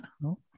No